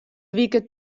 wike